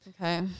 Okay